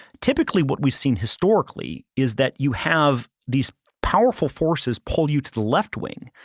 typically what we've seen historically is that you have these powerful forces pull you to the left wing,